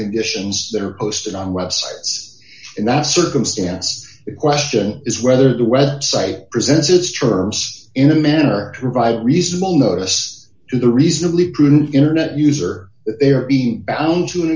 conditions there most on websites in that circumstance question is whether the website presents its true in a manner provide a reasonable notice to the reasonably prudent internet user they are being bound to an